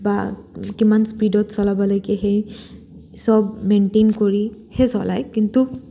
বা কিমান স্পীডত চলাব লাগে সেই চব মেইনটেইন কৰি সে চলায় কিন্তু